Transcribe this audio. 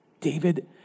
David